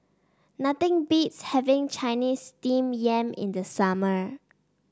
nothing beats having Chinese Steamed Yam in the summer